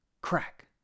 Crack